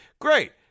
great